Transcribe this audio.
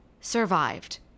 survived